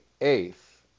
eighth